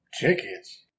tickets